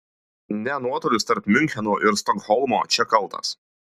ne nuotolis tarp miuncheno ir stokholmo čia kaltas